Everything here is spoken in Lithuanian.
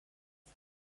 yra